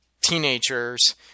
teenagers